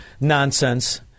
nonsense